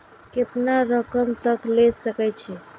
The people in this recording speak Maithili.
केतना रकम तक ले सके छै?